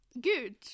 good